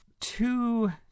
two